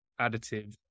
additive